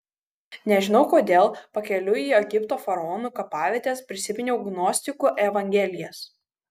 nežinau kodėl pakeliui į egipto faraonų kapavietes prisiminiau gnostikų evangelijas